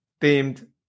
themed